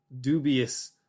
dubious